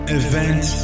event